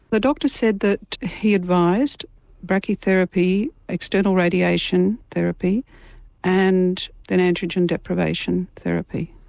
the doctor said that he advised brachytherapy, external radiation therapy and then androgen deprivation therapy.